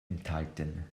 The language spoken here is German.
enthalten